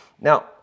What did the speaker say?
Now